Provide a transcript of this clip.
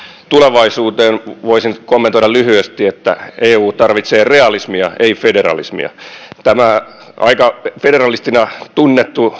tulevaisuuteen voisin kommentoida lyhyesti että eu tarvitsee realismia ei federalismia tämä aika federalistina tunnettu